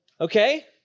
Okay